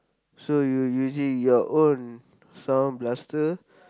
so you you using your own sound blaster